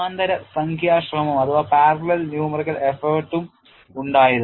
സമാന്തര സംഖ്യാ ശ്രമവും ഉണ്ടായിരുന്നു